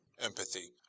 Empathy